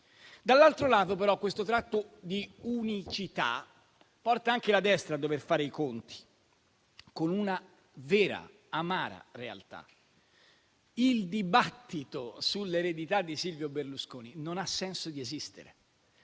Dall'altro lato, però, questo tratto di unicità porta anche la destra a dover fare i conti con una vera e amara realtà: il dibattito sull'eredità di Silvio Berlusconi non ha senso di esistere.